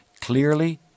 clearly